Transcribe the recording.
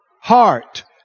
heart